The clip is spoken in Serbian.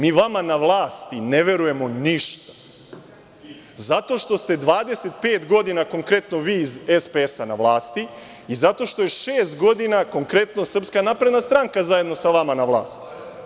Mi vama na vlasti ne verujemo ništa zato što ste 25 godina konkretno vi iz SPS na vlasti i zato što je šest godina konkretno SNS zajedno sa vama na vlasti.